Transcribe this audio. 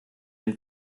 dem